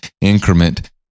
increment